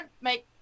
make